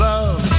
Love